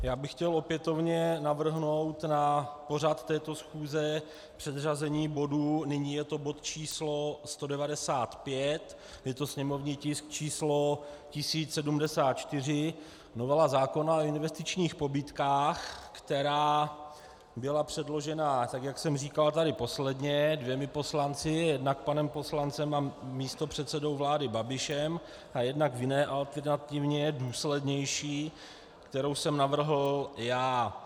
Já bych chtěl opětovně navrhnout na pořad této schůze předřazení bodu, nyní je to bod číslo 195, sněmovní tisk 1074, novela zákona o investičních pobídkách, která byla předložena, jak jsem tady říkal posledně, dvěma poslanci, jednak panem poslancem a místopředsedou vlády Babišem, jednak v jiné alternativě, důslednější, kterou jsem navrhl já.